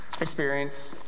experience